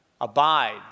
Abide